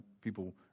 people